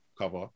cover